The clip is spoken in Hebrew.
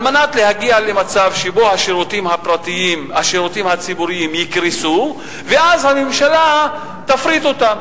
על מנת להגיע למצב שבו השירותים הציבוריים יקרסו ואז הממשלה תפריט אותם.